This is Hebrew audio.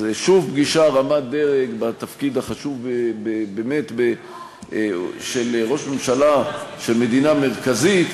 אז שוב פגישה רמת-דרג בתפקיד החשוב באמת של ראש ממשלה של מדינה מרכזית,